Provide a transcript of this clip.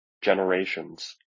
generations